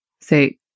say